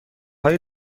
های